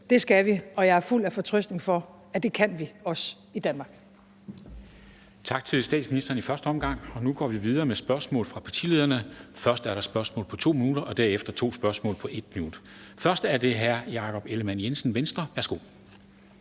det skal vi, og jeg er fuld af fortrøstning for, at det kan vi også i Danmark.